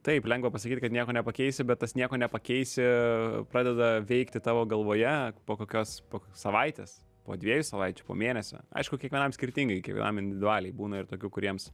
taip lengva pasakyt kad nieko nepakeisi bet tas nieko nepakeisi pradeda veikti tavo galvoje po kokios savaitės po dviejų savaičių po mėnesio aišku kiekvienam skirtingai kiekvienam individualiai būna ir tokių kuriems